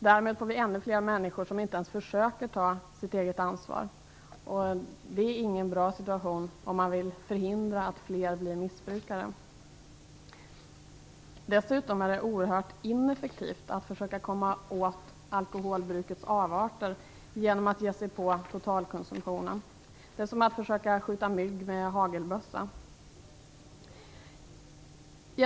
Därmed får vi ännu fler människor som inte ens försöker ta ett eget ansvar. Det är inte en bra situation om man vill förhindra att fler blir missbrukare. Dessutom är det oerhört ineffektivt att försöka komma åt alkoholbrukets avarter genom att ge sig på totalkonsumtionen. Det är som att försöka skjuta mygg med hagelbössa.